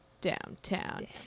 downtown